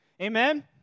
Amen